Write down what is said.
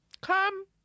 Come